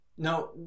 No